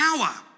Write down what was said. power